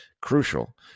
crucial